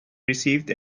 received